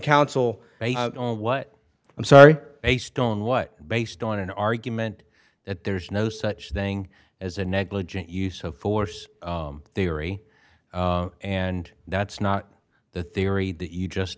counsel what i'm sorry based on what based on an argument that there's no such thing as a negligent use of force theory and that's not the theory that you just